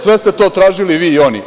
Sve ste to tražili i vi i oni.